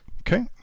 Okay